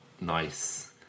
Nice